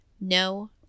No